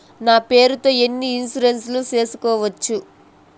నా పేరుతో ఎన్ని ఇన్సూరెన్సులు సేసుకోవచ్చు?